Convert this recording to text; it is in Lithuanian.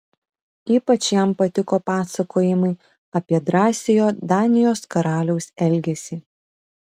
ypač jam patiko pasakojimai apie drąsiojo danijos karaliaus elgesį